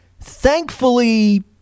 thankfully